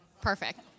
Perfect